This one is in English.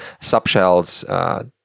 subshells